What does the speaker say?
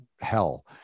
hell